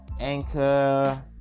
Anchor